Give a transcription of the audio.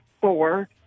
four